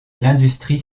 l’industrie